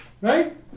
right